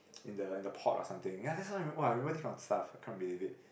in the in the pot or something ya that's why I [wah] I remember this kind of stuff I cannot believe it